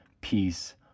peace